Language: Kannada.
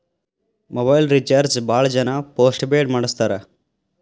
ಮೊಬೈಲ್ ರಿಚಾರ್ಜ್ ಭಾಳ್ ಜನ ಪೋಸ್ಟ್ ಪೇಡ ಮಾಡಸ್ತಾರ